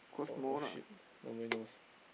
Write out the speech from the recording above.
oh oh shit nobody knows